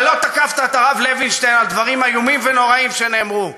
אבל לא תקפת את הרב לוינשטיין על דברים איומים ונוראים שנאמרו,